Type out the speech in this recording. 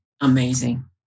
amazing